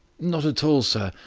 not at all, sir,